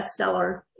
bestseller